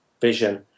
vision